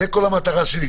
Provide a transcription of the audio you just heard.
זו כל המטרה שלי.